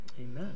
amen